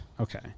Okay